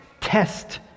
Test